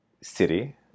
city